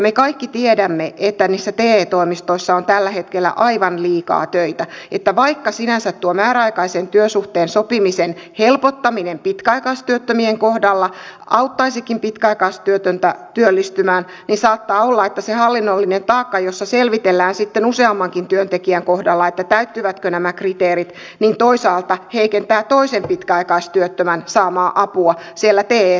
me kaikki tiedämme että niissä te toimistoissa on tällä hetkellä aivan liikaa töitä että vaikka sinänsä tuo määräaikaisen työsuhteen sopimisen helpottaminen pitkäaikaistyöttömien kohdalla auttaisikin pitkäaikaistyötöntä työllistymään niin saattaa olla että se hallinnollinen taakka jossa selvitellään sitten useammankin työntekijän kohdalla täyttyvätkö nämä kriteerit toisaalta heikentää toisen pitkäaikaistyöttömän saamaa apua siellä teen